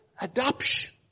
adoption